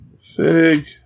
Fig